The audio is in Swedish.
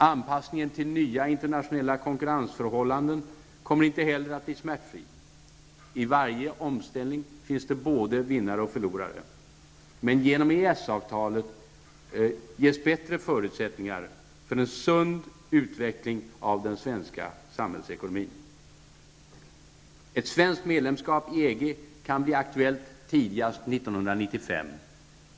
Anpassningen till nya internationella konkurrensförhållanden kommer inte heller att bli smärtfri. I varje omställning finns både vinnare och förlorare. Men genom EES-avtalet ges bättre förutsättningar för en sund utveckling av den svenska samhällsekonomin. Ett svenskt medlemskap i EG kan bli aktuellt tidigast 1995.